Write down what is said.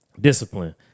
discipline